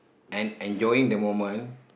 and enjoying the moment